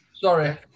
Sorry